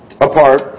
apart